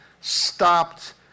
stopped